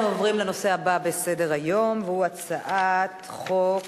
אנחנו עוברים לנושא הבא בסדר-היום, והוא הצעת חוק